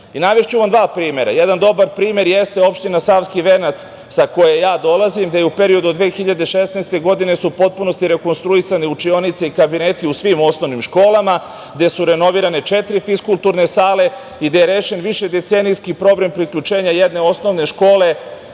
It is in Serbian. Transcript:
generacije. Navešću vam dva primera. Jedan dobar primer jeste Opština Savski Venac, sa koje ja dolazim, da su u periodu od 2016. godine potpuno rekonstruisane učionice i kabineti u svim osnovnim školama, gde su renovirane četiri fiskulturne sale i gde je rešen višedecenijski problem priključenja jedne osnovne škole